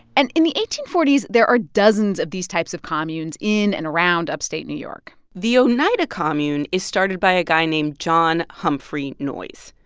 and in the eighteen forty s, there are dozens of these types of communes in and around upstate new york the oneida commune is started by a guy named john humphrey noyes.